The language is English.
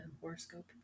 horoscope